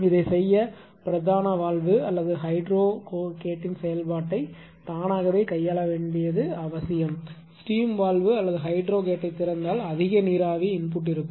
இதைச் செய்ய பிரதான வால்வு அல்லது ஹைட்ரோகேட்டின் செயல்பாட்டை தானாகவே கையாள வேண்டியது அவசியம் ஸ்டீம் வால்வு அல்லது ஹைட்ரோகேட்டைத் திறந்தால் அதிக நீராவி இன்புட் இருக்கும்